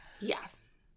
Yes